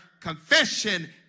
confession